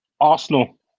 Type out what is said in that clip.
Arsenal